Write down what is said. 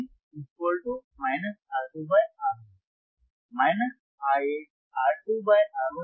gain R2 R1 minus R2 by R1 क्यों